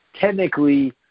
technically